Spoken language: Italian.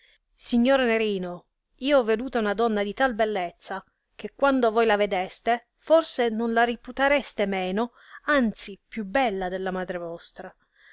signor nerino io ho veduta una donna di tal bellezza che quando voi la vedeste forse non la riputareste meno anzi più bella della madre vostra